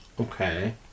Okay